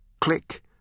Click